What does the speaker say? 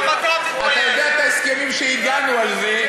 אתה יודע את ההסכמים שהגענו אליהם על זה,